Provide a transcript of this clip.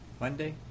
Monday